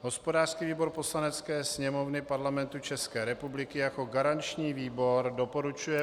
Hospodářský výbor Poslanecké sněmovny Parlamentu České republiky jako garanční výbor doporučuje